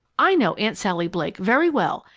i know aunt sally blake very well,